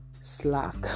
Slack